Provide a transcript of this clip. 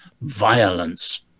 violence